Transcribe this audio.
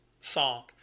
song